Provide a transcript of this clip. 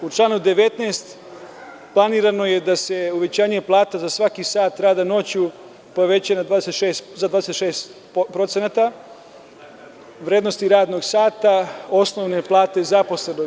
U članu 19. planirano je da se uvećanje plata za svaki sat rada noću poveća za 26% vrednosti radnog sata osnovne plate zaposlenog.